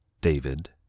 David